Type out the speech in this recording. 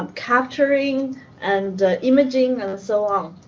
um capturing and imaging, and so on.